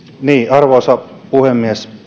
arvoisa puhemies